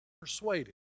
Persuaded